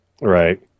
Right